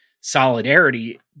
solidarity